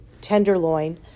tenderloin